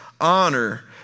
honor